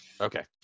Okay